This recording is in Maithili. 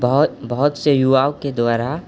बहुत बहुत से युवाओके द्वारा